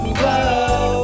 whoa